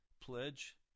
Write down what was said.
pledge